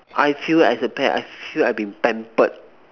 I feel as a pet I feel I'll be pampered